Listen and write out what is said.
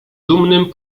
dumnym